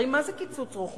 הרי מה זה קיצוץ רוחבי?